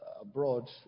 abroad